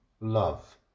love